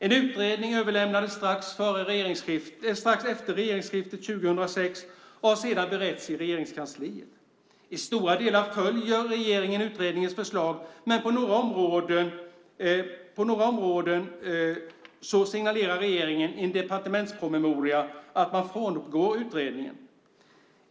En utredning överlämnades strax efter regeringsskiftet 2006 och har sedan beretts i Regeringskansliet. I stora delar följer regeringen utredningens förslag, men på några områden signalerar regeringen i en departementspromemoria att man frångår utredningen.